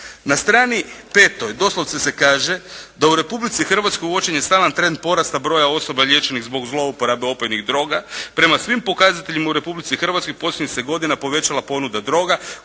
Na strani 5 doslovce se kaže da u Republici Hrvatskoj uočen je stalan trend porasta broja osoba liječenih zbog zlouporabe opojnih droga. Prema svim pokazateljima u Republici Hrvatskoj posljednjih se godina povećala ponuda droga